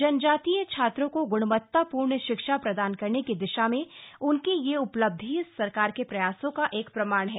जनजातीय छात्रों को गुणवत्तापूर्ण शिक्षा प्रदान करने की दिशा में उनकी यह उपलब्धि सरकार के प्रयासों का एक प्रमाण है